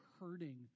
hurting